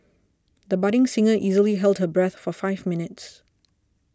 the budding singer easily held her breath for five minutes